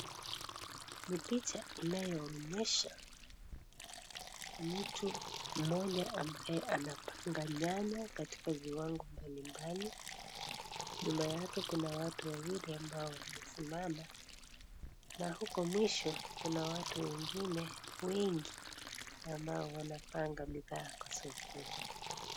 Ni picha inayoonyesha mtu mmoja ambaye anapanga nyanya katika viwango mbalimbali, nyuma yake kuna watu wawili ambao wamesimama na huko mwisho kuna watu wengine wengi ambao wanapanga mipango sokoni.